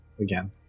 again